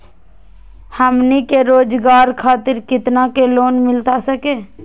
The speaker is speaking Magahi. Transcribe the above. हमनी के रोगजागर खातिर कितना का लोन मिलता सके?